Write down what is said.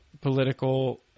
political